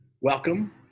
Welcome